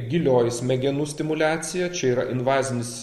gilioji smegenų stimuliacija čia yra invazinis